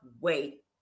wait